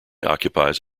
occupies